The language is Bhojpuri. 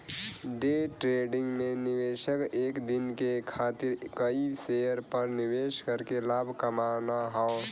डे ट्रेडिंग में निवेशक एक दिन के खातिर कई शेयर पर निवेश करके लाभ कमाना हौ